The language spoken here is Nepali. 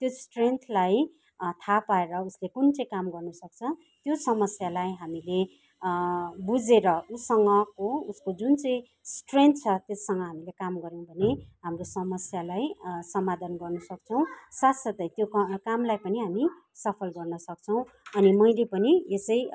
त्यो स्ट्रेन्तलाई थाहा पाएर उसले कुन चाहिँ काम गर्नु सक्छ त्यो समस्यालाई हामीले बुझेर उसँगको उसको जुन चाहिँ स्ट्रेन्त छ त्यससँग हामीले काम गऱ्यौँ भने हाम्रो समस्यालाई समाधान गर्नु सक्छौँ साथ साथै त्यो कामलाई पनि हामी सफल गर्न सक्छौँ अनि मैले पनि यसै